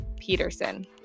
Peterson